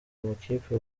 makipe